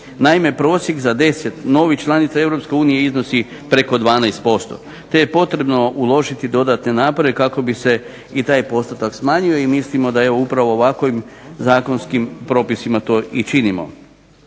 Naime, prosjek za 10 novih članica EU iznosi preko 12% te je potrebno uložiti dodatne napore kako bi se i taj postotak smanjio i mislimo da je upravo ovakvim zakonskim propisima to i činimo.